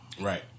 Right